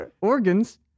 organs